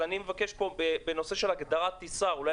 אז אני מבקש פה בנושא של הגדרת טיסה אולי